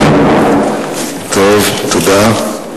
תודה.